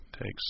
takes